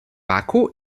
baku